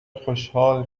خوشحال